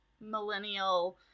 millennial